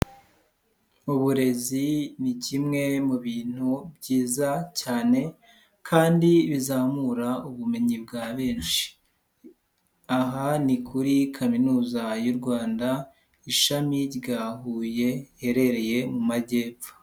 Uburezi ni kimwe mu bintu byiza cyane kandi bizamura ubumenyi bwa benshi. Aha ni kuri Kaminuza y'u Rwanda, ishami rya Huye riherereye mu majyepfo.